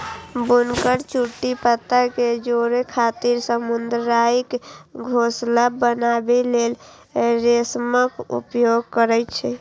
बुनकर चुट्टी पत्ता कें जोड़ै खातिर सामुदायिक घोंसला बनबै लेल रेशमक उपयोग करै छै